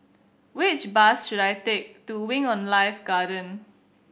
which bus should I take to Wing On Life Garden